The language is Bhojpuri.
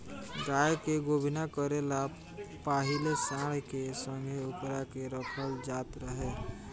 गाय के गोभिना करे ला पाहिले सांड के संघे ओकरा के रखल जात रहे